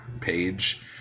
page